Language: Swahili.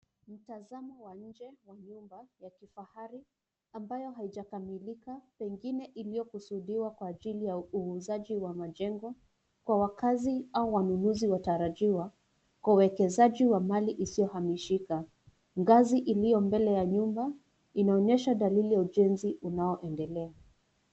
Mtazamo wa nje wa nyumba ya kifahari ambayo haijakamilika pengine iliyokusudiwa kwa ajili ya uuzaji wa majengo kwa wakazi au wanunuzi watarajiwa kwa uwekezaji wa mali isiyo hamishika. Ngazi ilio mbele ya nyumba inaonesha dalili ya ujenzi unaoendelea.